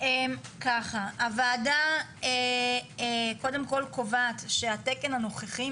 הוועדה קובעת שהתקן הנוכחי,